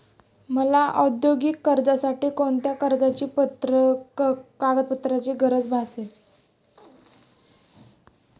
मला औद्योगिक कर्जासाठी कोणत्या कागदपत्रांची गरज भासेल?